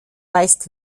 weist